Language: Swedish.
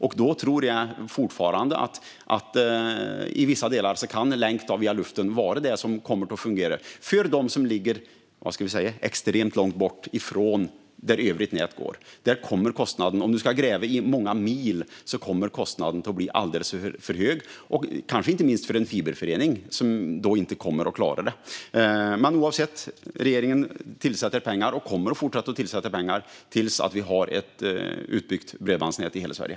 Jag tror fortfarande att i vissa delar kan en länk via luften vara det som kommer att fungera. Det handlar om dem som ligger - vad ska vi säga? - extremt långt bort från övrigt nät. Om du ska gräva många mil kommer kostnaden att bli alldeles för hög, kanske inte minst för en fiberförening, som då inte kommer att klara det. Men oavsett detta avsätter regeringen pengar, och man kommer att fortsätta att avsätta pengar tills vi har ett utbyggt bredbandsnät i hela Sverige.